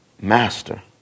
Master